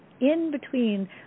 in-between